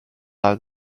out